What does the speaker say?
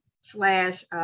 slash